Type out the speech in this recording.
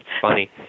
funny